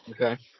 Okay